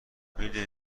میدونی